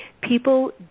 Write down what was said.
people